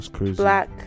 black